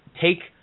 take